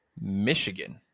Michigan